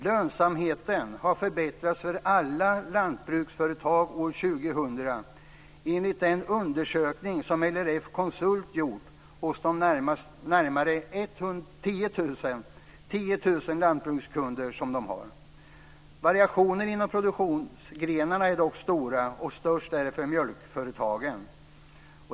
Lönsamheten har förbättrats för alla lantbruksföretag år 2000, enligt den undersökning som LRF Konsult har gjort hos de närmare 10 000 lantbrukskunder som man har. Variationen inom produktionsgrenarna är dock stora och störst är den bland mjölkföretagen.